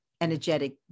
energetic